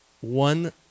one